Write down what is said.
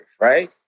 right